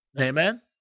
Amen